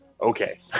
okay